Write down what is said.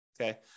okay